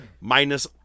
minus